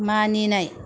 मानिनाय